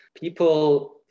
people